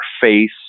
face